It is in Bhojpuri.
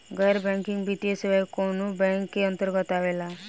गैर बैंकिंग वित्तीय सेवाएं कोने बैंक के अन्तरगत आवेअला?